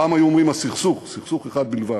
פעם היו אומרים: "הסכסוך", סכסוך אחד בלבד.